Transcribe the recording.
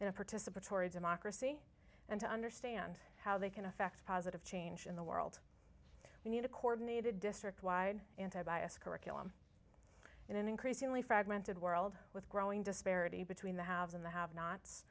in a participatory democracy and to understand how they can effect a positive change in the world we need to coordinate a district wide anti bias curriculum in an increasingly fragmented world with growing disparity between the haves and the have nots